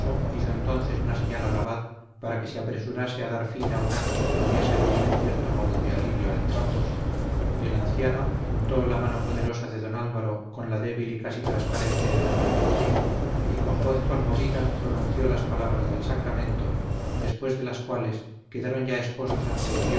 hizo entonces una señal al abad para que se apresurase a dar fin a un acto que podía servir en cierto modo de alivio a entrambos y el anciano juntó la mano poderosa de don álvaro con la débil y casi transparente de doña beatriz y con voz conmovida pronunció las palabras del sacramento después de las cuales quedaron ya esposos ante el dios